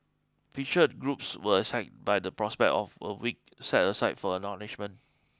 featured groups were excited by the prospect of a week set aside for acknowledgement